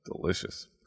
Delicious